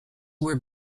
were